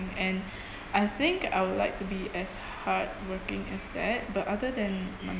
and I think I would like to be as hardworking as that but other than my